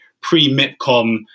pre-MIPCOM